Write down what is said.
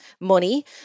money